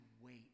wait